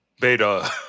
Beta